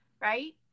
Right